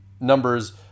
numbers